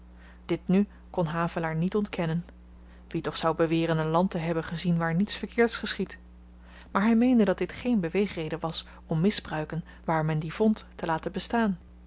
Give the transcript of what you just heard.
dit nu kon havelaar niet ontkennen wie toch zou beweren een land te hebben gezien waar niets verkeerds geschiedt maar hy meende dat dit geen beweegreden was om misbruiken waar men die vond te laten bestaan